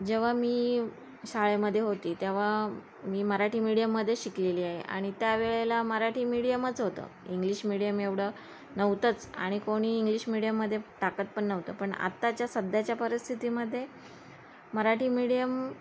जेव्हा मी शाळेमध्ये होती तेव्हा मी मराठी मिडियममध्ये शिकलेली आहे आणि त्या वेळेला मराठी मिडियमच होतं इंग्लिश मीडियम एवढं नव्हतंच आणि कोणी इंग्लिश मीडियममध्ये टाकत पण नव्हतं पण आत्ताच्या सध्याच्या परिस्थितीमध्ये मराठी मीडियम